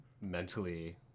mentally